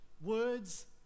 words